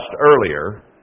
earlier